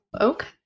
okay